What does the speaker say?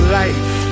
life